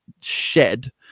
shed